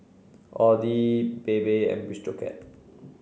Audi Bebe and Bistro Cat